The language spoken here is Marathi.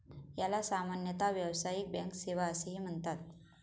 याला सामान्यतः व्यावसायिक बँक सेवा असेही म्हणतात